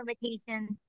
limitations